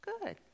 good